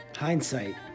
Hindsight